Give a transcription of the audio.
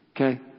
okay